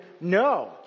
no